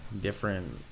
different